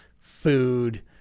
food